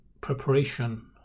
preparation